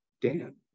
Dan